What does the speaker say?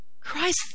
Christ